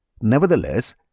Nevertheless